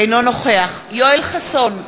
אינו נוכח יואל חסון,